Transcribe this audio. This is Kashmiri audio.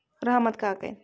رحمت کاکٔنۍ